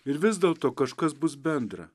ir vis dėlto kažkas bus bendra